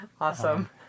Awesome